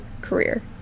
career